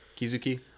kizuki